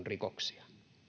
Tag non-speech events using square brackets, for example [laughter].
[unintelligible] rikoksia